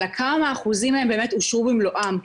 אלא כמה אחוזים מהם אושרו במלואם.